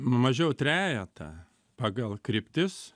mažiau trejetą pagal kryptis